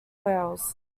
wales